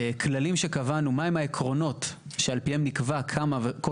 הכללים שקבענו מה הם העקרונות שעל פיהם נקבע כמה כל